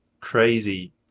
crazy